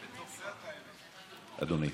אדוני.